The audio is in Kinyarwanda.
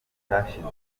cyashize